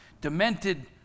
demented